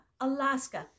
Alaska